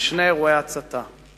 בשני אירועי הצתה.